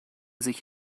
sich